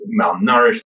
malnourished